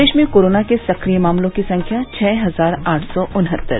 प्रदेश में कोराना के सक्रिय मामलों की संख्या छह हजार आठ सौ उनहत्तर